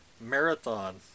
marathon